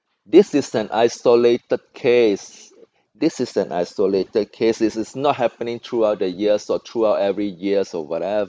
this is an isolated case this is an isolated case this is not happening throughout the years or throughout every year so whatever